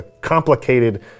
complicated